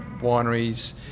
wineries